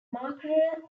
makerere